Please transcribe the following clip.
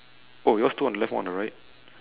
oh yours two on the left one on the right